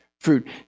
fruit